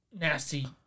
nasty